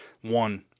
One